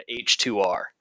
H2R